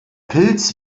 pilz